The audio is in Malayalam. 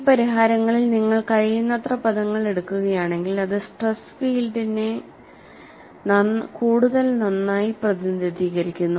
ഈ പരിഹാരങ്ങളിൽ നിങ്ങൾ കഴിയുന്നത്ര പദങ്ങൾ എടുക്കുകയാണെങ്കിൽ അത് സ്ട്രെസ് ഫീൽഡിനെ നന്നായി പ്രതിനിധീകരിക്കുന്നു